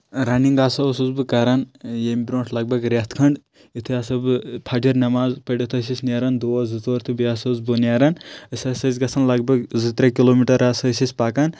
running ہسا اوسُس بہٕ کران ییٚمہِ برونٛٹھ لگ بگ ریتھ کھنٛڈ یِتھُے ہسا بہٕ فجر نؠماز پٔرِتھ ٲسۍ أسۍ نیران دوس زٕ ژور تہٕ بیٚیہِ ہسا اوسُس بہٕ نیران أسۍ ہسا ٲسۍ گژھان لگ بگ زٕ ترٛےٚ کِلوٗمیٖٹر ہسا ٲسۍ أسۍ پکان